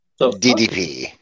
DDP